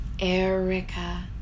Erica